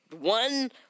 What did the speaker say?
one-